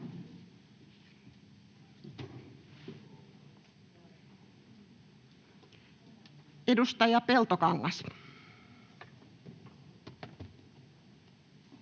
Edustaja Peltokangas.